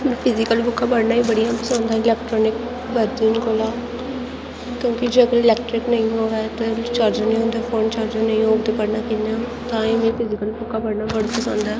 physical बुक्कां पढ़नां मीं बड़ियां पसंद हैन इलैक्ट्रानिक वर्जन कोला क्योंकि जेकर इलैक्ट्रिक नेईं होऐ ते चार्जर निं होंदे फोन चार्जर नेईं होग ते पढ़ना कि'यां तां गै मीं फिजीकल बुक्कां पढ़ना बड़ी पसंद ऐ